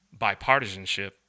bipartisanship